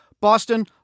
boston